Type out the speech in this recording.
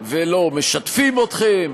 ולא משתפים אתכם.